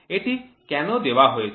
এটি কেন দেওয়া হয়েছে